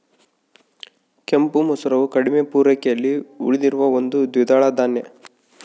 ಕೆಂಪು ಮಸೂರವು ಕಡಿಮೆ ಪೂರೈಕೆಯಲ್ಲಿ ಉಳಿದಿರುವ ಒಂದು ದ್ವಿದಳ ಧಾನ್ಯ